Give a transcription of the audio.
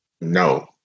no